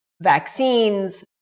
vaccines